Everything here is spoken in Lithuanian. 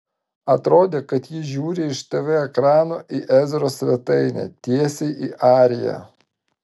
atrodė kad ji žiūri iš tv ekrano į ezros svetainę tiesiai į ariją